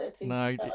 No